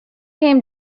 came